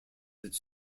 its